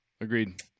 Agreed